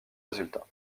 résultat